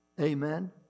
Amen